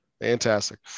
Fantastic